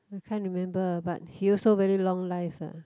I can't remember but he also very long life ah